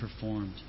performed